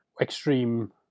extreme